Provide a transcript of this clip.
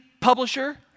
publisher